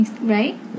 Right